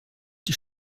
die